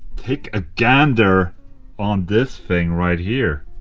take a gander on this thing right here